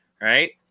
right